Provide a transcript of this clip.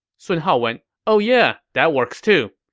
sun hao went oh yeah, that works, too.